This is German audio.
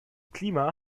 klima